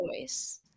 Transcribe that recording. voice